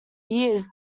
years